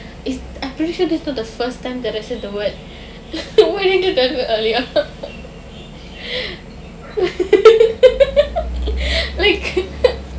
eh I'm pretty sure this is not the first time that I said the word why didn't you tell me earlier